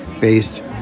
based